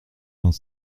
vingt